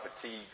fatigue